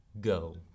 go